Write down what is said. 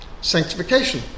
sanctification